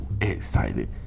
Excited